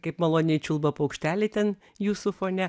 kaip maloniai čiulba paukšteliai ten jūsų fone